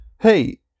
Hey